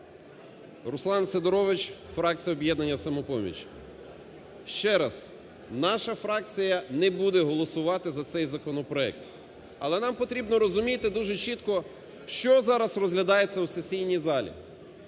Руслан Сидорович, фракція "Об'єднання "Самопоміч". Ще раз. Наша фракція не буде голосувати за цей законопроект. Але нам потрібно розуміти дуже чітко, що зараз розглядається у сесійній залі.